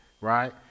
right